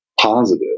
positive